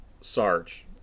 Sarge